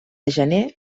gener